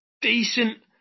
decent